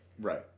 Right